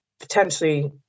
Potentially